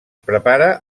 prepara